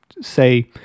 say